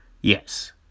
Yes